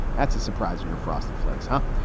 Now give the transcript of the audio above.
that's a surprise. and your frosted flakes, huh?